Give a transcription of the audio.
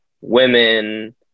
women